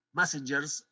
messengers